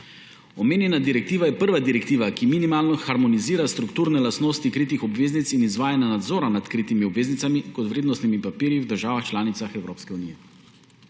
Omenjena direktiva je prva direktiva, ki minimalno harmonizira strukturne lastnosti kritih obveznic in izvajanja nadzora nad kritimi obveznicami kot vrednostnimi papirji v državah članicah Evropske unije.